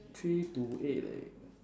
three to eight leh